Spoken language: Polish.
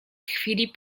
chwili